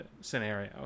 scenario